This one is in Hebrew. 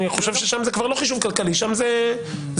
אני חושב ששם זה כבר לא חישוב כלכלי אלא שם זאת מדיניות.